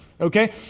Okay